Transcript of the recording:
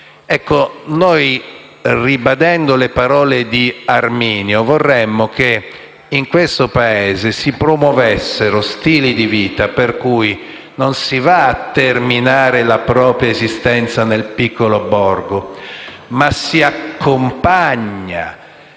a vivere. Ribadendo le parole di Arminio, noi vorremmo che in questo Paese si promuovessero stili di vita per cui non si va a terminare la propria esistenza nel piccolo borgo, ma si accompagna